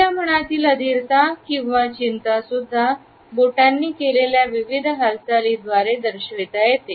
आपल्या मनातील अधीरता किंवा चिंता सुद्धा त्यांनी बोटांनी केलेल्या विविध हालचाली द्वारे दर्शविता येते